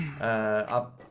up